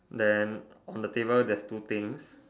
then on the table there's two things